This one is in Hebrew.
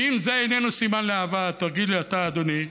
ואם זה איננו סימן לאהבה, תגיד לי אתה, אדוני,